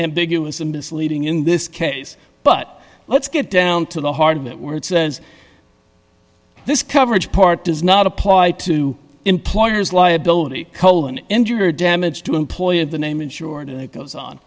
ambiguous and misleading in this case but let's get down to the heart of it where it says this coverage part does not apply to employers liability colon injury or damage to employer the name insured and it goes on